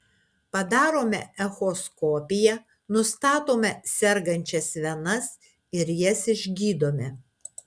padarome echoskopiją nustatome sergančias venas ir jas išgydome